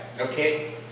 okay